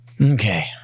Okay